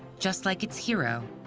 just like its hero,